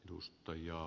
puhemies